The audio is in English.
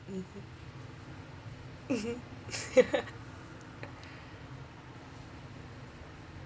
mmhmm mmhmm